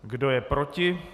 Kdo je proti?